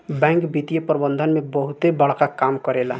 bank वित्तीय प्रबंधन में बहुते बड़का काम करेला